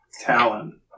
Talon